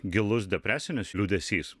gilus depresinis liūdesys